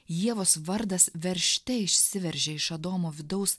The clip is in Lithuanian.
ievos vardas veržte išsiveržė iš adomo vidaus